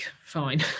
fine